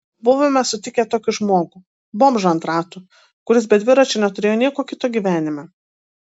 buvome sutikę tokį žmogų bomžą ant ratų kuris be dviračio neturėjo nieko kito gyvenime